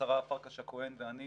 שהשרה פרקש-הכהן ואני